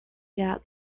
doubt